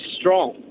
strong